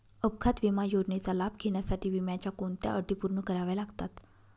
अपघात विमा योजनेचा लाभ घेण्यासाठी विम्याच्या कोणत्या अटी पूर्ण कराव्या लागतात?